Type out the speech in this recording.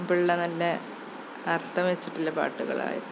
മുമ്പുള്ള നല്ല അര്ത്ഥം വെച്ചിട്ടുള്ള പാട്ടുകളായിരുന്നു